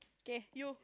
get you